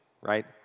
right